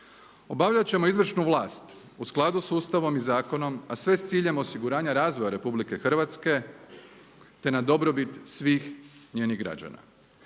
Obavljat ćemo izvršnu vlast u skladu sa Ustavom i zakonom a sve s ciljem osiguranja razvoja Republike Hrvatske, te na dobrobit svih njenih građana.